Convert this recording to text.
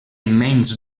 menys